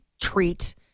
treat